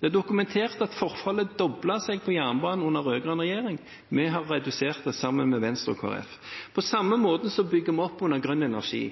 Det er dokumentert at forfallet doblet seg på jernbanen under den rød-grønne regjeringen. Vi har sammen med Venstre og Kristelig Folkeparti redusert det. På samme måte bygger vi opp under grønn energi.